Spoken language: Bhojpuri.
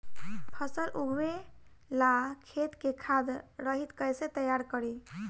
फसल उगवे ला खेत के खाद रहित कैसे तैयार करी?